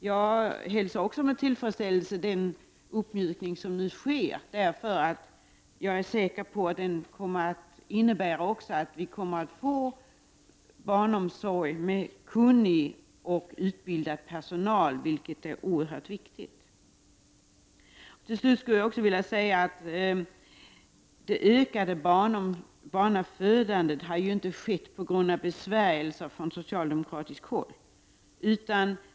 Jag hälsar också med tillfredsställelse den uppmjukning som nu sker, därför att jag är säker på att den också kommer att innebära att vi kommer att få barnomsorg med utbildad och kunnig personal, vilket är oerhört viktigt. Till slut vill jag också säga att det ökade barnafödandet inte kommit till stånd till följd av en besvärjelse från socialdemokratiskt håll.